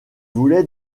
voulait